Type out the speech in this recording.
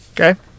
Okay